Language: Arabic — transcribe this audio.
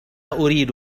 أريد